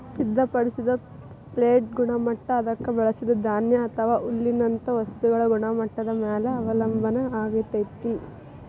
ಸಿದ್ಧಪಡಿಸಿದ ಫೇಡ್ನ ಗುಣಮಟ್ಟ ಅದಕ್ಕ ಬಳಸಿದ ಧಾನ್ಯ ಅಥವಾ ಹುಲ್ಲಿನಂತ ವಸ್ತುಗಳ ಗುಣಮಟ್ಟದ ಮ್ಯಾಲೆ ಅವಲಂಬನ ಆಗಿರ್ತೇತಿ